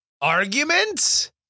Arguments